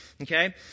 Okay